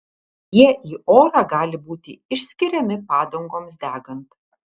jie į orą gali būti išskiriami padangoms degant